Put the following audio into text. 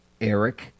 Eric